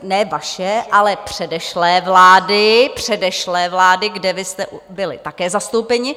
Ne vaše, ale předešlé vlády, předešlé vlády, kde vy jste byli také zastoupeni.